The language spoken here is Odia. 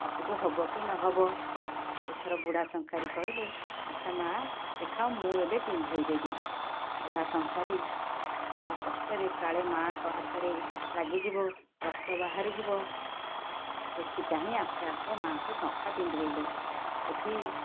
ହାତକୁ ହେବ କି ନହେବ ଏଥର ବୁଢ଼ା ଶଙ୍ଖାରି କହିଲେ ଆଚ୍ଛା ମାଆ ଦେଖାଅ ମୁଁ ଏବେ ପିନ୍ଧାଇଦେବି ବୁଢ଼ା ଶଙ୍ଖାରି ବଡ଼ କଷ୍ଟରେ କାଳେ ମାଆଙ୍କ ହାତରେ ଲାଗିଯିବ ରକ୍ତ ବାହାରିଯିବ ଦେଖିଚାହିଁ ଆସ୍ତେ ଆସ୍ତେ ମାଆଙ୍କୁ ଶଙ୍ଖା ପିନ୍ଧାଇଲେ ଏଠି